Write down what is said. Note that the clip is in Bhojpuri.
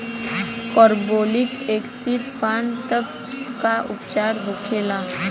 कारबोलिक एसिड पान तब का उपचार होखेला?